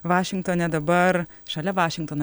vašingtone dabar šalia vašingtono